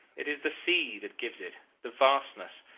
it is the sea that gives it the vastness,